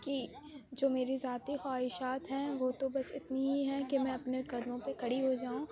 کہ جو میری ذاتی خواہشات ہیں وہ تو بس اتنی ہی ہیں کہ میں اپنے قدموں پہ کھڑی ہو جاؤں